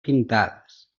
pintades